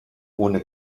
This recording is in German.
ohne